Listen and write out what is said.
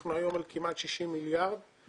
אנחנו היום על כמעט 60 מיליארד קילומטרים.